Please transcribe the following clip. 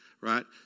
right